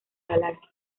galaxias